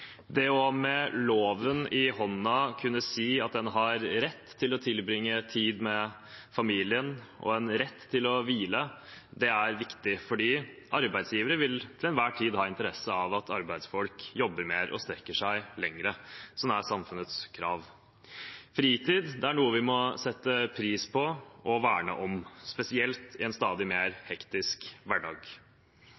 kunne si med loven i hånden at en har rett til å tilbringe tid med familien og rett til å hvile, er viktig, for arbeidsgivere vil til enhver tid ha interesse av at arbeidsfolk jobber mer og strekker seg lenger. Sånn er samfunnets krav. Fritid er noe vi må sette pris på og verne om, spesielt i en stadig mer